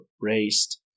raised